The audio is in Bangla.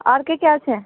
আর কে কে আছে